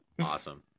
awesome